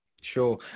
sure